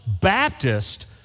Baptist